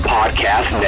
Podcast